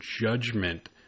judgment